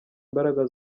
imbaraga